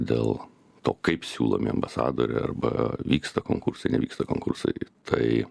dėl to kaip siūlome ambasadorių arba vyksta konkursai nevyksta konkursai tai